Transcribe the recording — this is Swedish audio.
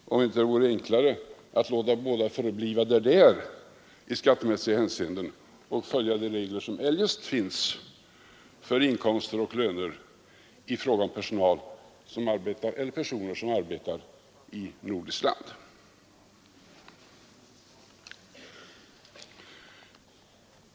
Vore det inte enklare att låta båda förbli där de är i skattemässigt hänseende och följa de regler som eljest finns för inkomster och löner för personal som arbetar i nordiskt land?